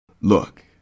Look